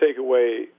takeaway